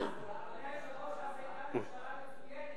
אז היתה ממשלה מצוינת.